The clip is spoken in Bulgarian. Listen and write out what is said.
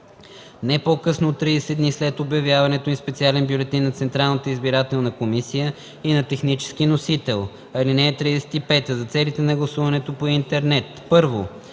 не по-късно от 30 дни след обявяването им – в специален бюлетин на Централната избирателна комисия и на технически носител. (35) За целите на гласуването по интернет: 1.